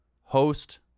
host